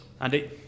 Andy